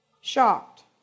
Shocked